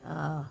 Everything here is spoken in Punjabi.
ਆ